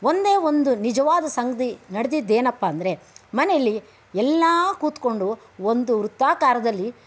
ಒಂದೇ ಒಂದು ನಿಜವಾದ ಸಂಗತಿ ನಡೆದಿದ್ದೇನಪ್ಪಾ ಅಂದರೆ ಮನೆಯಲ್ಲಿ ಎಲ್ಲ ಕೂತ್ಕೊಂಡು ಒಂದು ವೃತ್ತಾಕಾರದಲ್ಲಿ